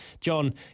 John